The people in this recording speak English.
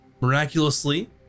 Miraculously